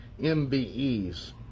MBEs